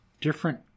different